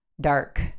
dark